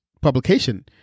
publication